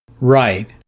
Right